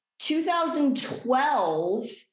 2012